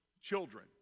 children